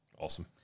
Awesome